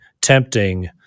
tempting